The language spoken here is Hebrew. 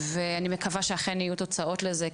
ואני מקווה שאכן יהיו תוצאות לזה,